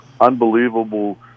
unbelievable